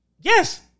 Yes